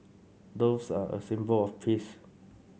doves are a symbol of peace